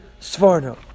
Svarno